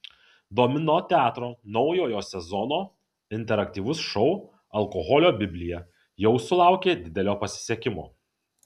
domino teatro naujojo sezono interaktyvus šou alkoholio biblija jau sulaukė didelio pasisekimo